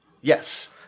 Yes